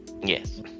Yes